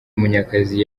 munyakazi